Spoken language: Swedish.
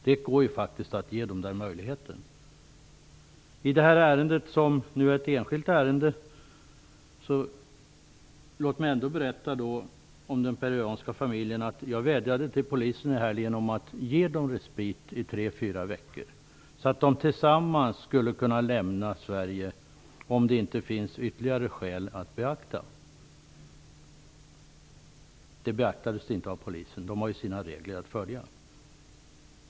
Det går att ge dessa barn den möjligheten. I detta enskilda ärende vill jag säga att jag i helgen vädjade till polisen om att ge den peruanska familjen respit i tre fyra veckor, för att den tillsammans skulle kunna lämna Sverige, om det inte finns ytterligare skäl att beakta. Polisen beaktade inte detta. Polisen har ju sina regler att följa.